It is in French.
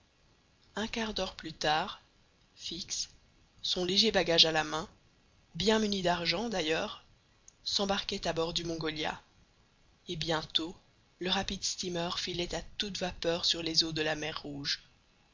un quart d'heure plus tard fix son léger bagage à la main bien muni d'argent d'ailleurs s'embarquait à bord du mongolia et bientôt le rapide steamer filait à toute vapeur sur les eaux de la mer rouge